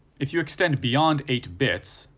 if you extend beyond eight bits,